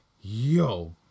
yo